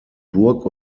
burg